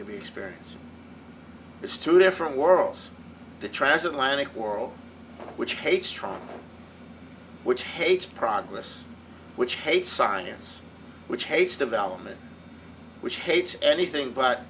to be experience it's two different worlds the transatlantic world which hates trial which hates progress which hates science which hates development which hates anything but